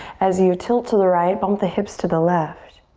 as you tilt to the right, bump the hips to the left.